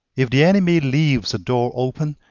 if the enemy leaves a door open,